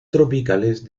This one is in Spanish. tropicales